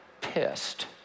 pissed